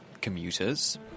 commuters